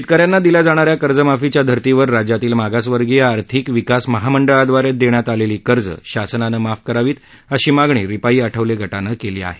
शेतकऱ्यांना दिल्या जाणा या कर्जमाफीच्या धर्तीवर राज्यातील मागासवर्गीय आर्थिक विकास महामंडळादवारे देण्यात आलेली कर्ज शासनानं माफ करावीत अशी मागणी रिपाई आठवले गटानं केली आहे